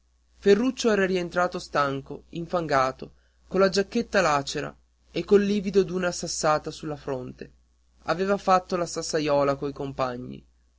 ferruccio era rientrato stanco infangato con la giacchetta lacera e col livido d'una sassata sulla fronte aveva fatto la sassaiola coi compagni